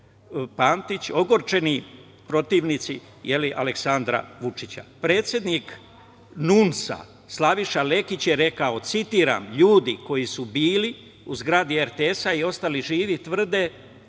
Pantić, ogorčeni protivnici Aleksandra Vučića. Predsednik NUNS, Slaviša Lekić, je rekao – ljudi koji su bili u zgradi RTS i ostali živi, tvrde